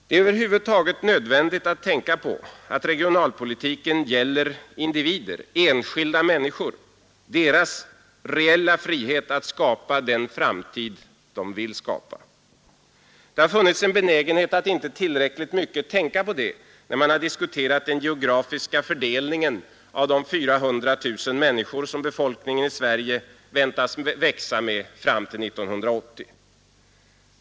Det är över huvud taget nödvändigt att tänka på att regionalpolitiken gäller individer, enskilda människor, deras reella frihet att skapa den framtid de vill skapa. Det har funnits en benägenhet att inte tillräckligt mycket tänka på det, när man har diskuterat den geografiska fördelningen av de 400 000 människor som befolkningen i Sverige väntas växa med fram till 1980.